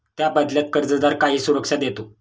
त्या बदल्यात कर्जदार काही सुरक्षा देतो